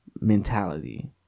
mentality